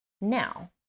now